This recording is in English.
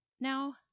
Now